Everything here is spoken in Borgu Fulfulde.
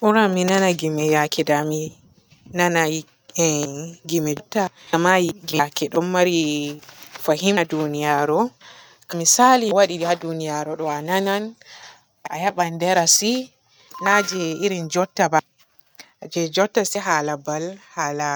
Buran mi nana gimi yake dami nanay gimi da maayi yaake ɗon mari fahin haa duniyaru, misali waaɗi haa duniyaru ɗo a nanan, a heban darasi, naje irin jutta ba. Je jutta se haala mbal, haala